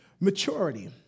maturity